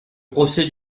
procès